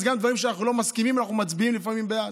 אז גם בדברים שאנחנו לא מסכימים עליהם אנחנו לפעמים מצביעים בעד,